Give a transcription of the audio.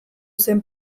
zen